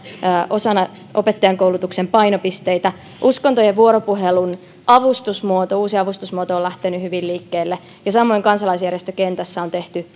osana opettajankoulutuksen painopisteitä uskontojen vuoropuhelun uusi avustusmuoto on lähtenyt hyvin liikkeelle ja samoin kansalaisjärjestökentässä on tehty